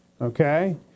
Okay